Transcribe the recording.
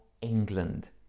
England